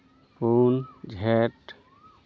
ᱯᱩᱱ ᱡᱷᱮᱸᱴ